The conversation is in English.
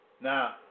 Now